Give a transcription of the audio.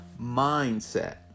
mindset